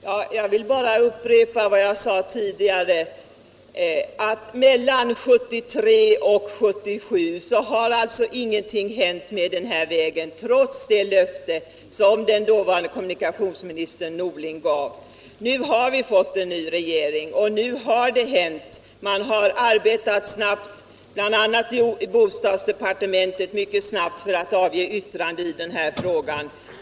Herr talman! Jag vill bara upprepa vad jag sade tidigare. Mellan 1973 och 1977 har ingenting hänt med vägen trots det löfte som den dåvarande kommunikationsministern Norling gav. Nu har vi fått en ny regering, och nu har det hänt. Man har arbetat mycket snabbt bl.a. i bostadsdepartementet för att avge yttrande i denna fråga.